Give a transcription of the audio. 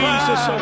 Jesus